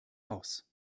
aus